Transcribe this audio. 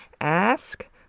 ask